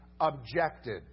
objected